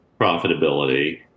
profitability